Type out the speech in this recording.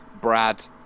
Brad